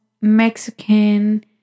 Mexican